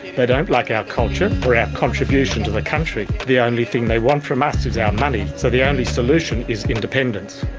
they don't like our culture or our contribution to the country. the only thing they want from us is our money, so the um only solution is independence.